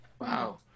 wow